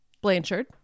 Blanchard